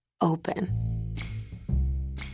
open